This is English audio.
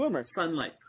sunlight